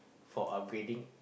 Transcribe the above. for upgrading